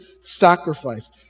sacrifice